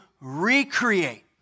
recreate